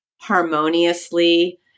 harmoniously